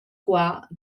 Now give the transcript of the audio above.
qua